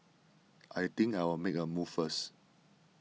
I think I'll make a move first